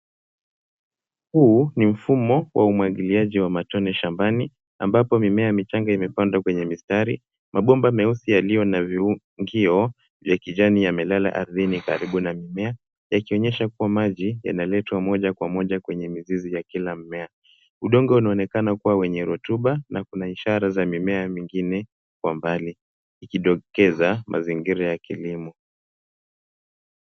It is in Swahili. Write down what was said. Huu ni mfumo wa umwagiliaji wa matone shambani ambapo mimea michanga imepandwa kwenye mistari. Mabomba meusi yaliyo na viungio ya kijani yamelala ardhini karibu na mimea yakionyesha kuwa maji yanaletwa moja kwa moja kwenye mizizi ya kila mmea. Udongo unaonekana kuwa wenye rutuba na kuna ishara za mimea mingine kwa mbali ikidokeza mazingira ya kilimo.